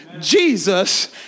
Jesus